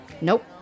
Nope